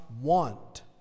want